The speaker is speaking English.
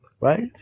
right